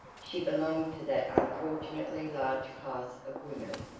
she belonged to that unfortunately large class of women,